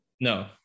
No